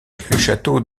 château